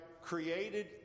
created